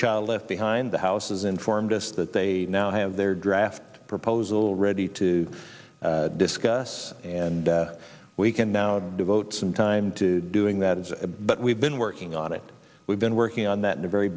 child left behind the house is informed us that they now have their draft proposal ready to discuss and we can now devote some time to doing that as a but we've been working on it we've been working on that in a very